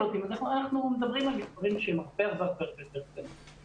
מדברים על כך שבין 2% ל-4% זה סדר הגודל של סגירה הרמטית של בתי ספר.